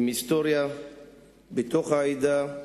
עם היסטוריה בתוך העדה,